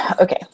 okay